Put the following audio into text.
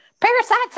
Parasites